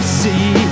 see